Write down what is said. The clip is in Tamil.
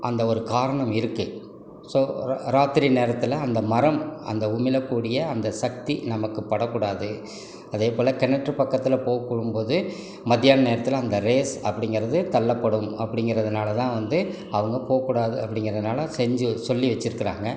அந்த ஒரு காரணம் இருக்கு ஸோ ரா ராத்திரி நேரத்தில் அந்த மரம் அந்த உமிழ கூடிய அந்த சக்தி நமக்கு படக்கூடாது அதேபோல கிணற்று பக்கத்தில் போகும்போது மத்தியான நேரத்தில் அந்த ரேஸ் அப்படிங்கிறது தள்ளப்படும் அப்படிங்கிறதுனாலதான் வந்து அவங்க போகக்கூடாது அப்படிங்கறதுனால செஞ்சு சொல்லி வச்சுருக்காங்க